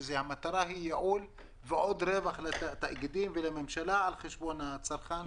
שהמטרה היא ייעול ועוד רווח לתאגידים ולממשלה על חשבון הצרכן.